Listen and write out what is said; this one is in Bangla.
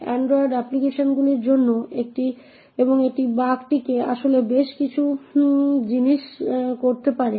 অ্যান্ড্রয়েড অ্যাপ্লিকেশানগুলির জন্য এবং বাগটি আসলে বেশ কিছু জিনিস করতে পারে